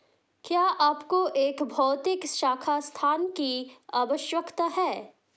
क्या आपको एक भौतिक शाखा स्थान की आवश्यकता है?